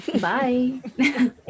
bye